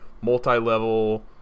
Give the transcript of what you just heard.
multi-level